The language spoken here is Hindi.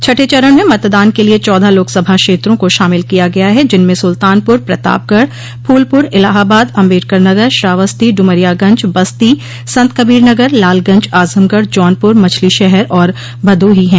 छठे चरण में मतदान के लिये चौदह लोकसभा क्षेत्रों को शामिल किया गया है जिनमें सुल्तानपुर प्रतापगढ़ फूलपुर इलाहाबाद अम्बेडकरनगर श्रावस्ती डुमरियागंज बस्ती संतकबीर नगर लालगंज आजमगढ़ जौनपुर मछलीशहर और भदोही हैं